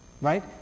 right